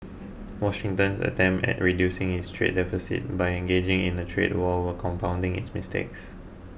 Washington's attempts at reducing its trade deficit by engaging in a trade war were compounding its mistakes